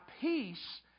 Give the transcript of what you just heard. peace